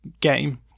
game